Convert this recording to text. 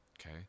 Okay